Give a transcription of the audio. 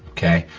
okay,